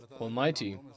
Almighty